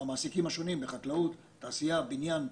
למעסיקים השונים בחקלאות, בתעשייה, בבנייה.